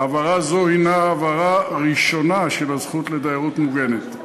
העברה זו הנה העברה ראשונה של הזכות לדיירות מוגנת.